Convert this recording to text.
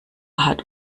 hat